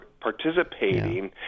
participating